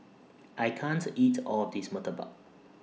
I can't eat All of This Murtabak